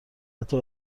حتی